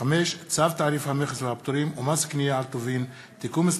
צו תעריף המכס והפטורים ומס קנייה על טובין (תיקון מס'